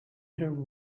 her